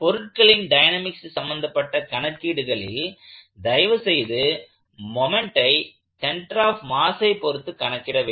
பொருட்களின் டயனமிக்ஸ் சம்பந்தப்பட்ட கணக்கீடுகளில் தயவுசெய்து மொமெண்ட்டை சென்டர் ஆப் மாஸை பொருத்து கணக்கிட வேண்டும்